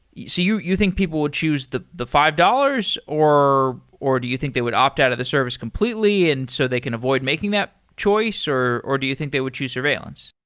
so you you think people would choose the the five dollars or or do you think they would opt out of the service completely and so they can avoid making that choice, or or do you think they would choose surveillance?